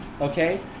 Okay